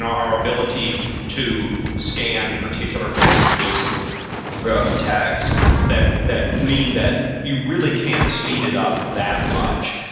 our ability to scan particular passages but of text that that mean that you really can't speed it up that much.